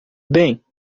bem